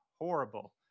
horrible